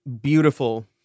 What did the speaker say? Beautiful